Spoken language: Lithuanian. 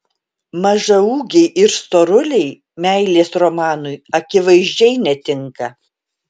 mažaūgiai ir storuliai meilės romanui akivaizdžiai netinka